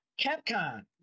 Capcom